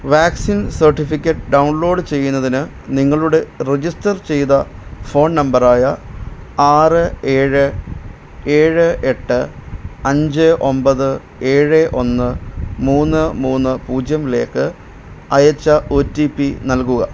vaccine certificate download ചെയ്യുന്നതിന് നിങ്ങളുടെ register ചെയ്ത ഫോൺ നമ്പറായ ആറ് ഏഴ് ഏഴ് എട്ട് അഞ്ച് ഒമ്പത് ഏഴ് ഒന്ന് മൂന്ന് മൂന്ന് പൂജ്യത്തിലേക്ക് അയച്ച ഒ ടി പി നൽകുക